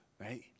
right